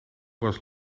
was